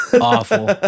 Awful